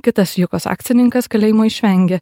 kitas jukos akcininkas kalėjimo išvengė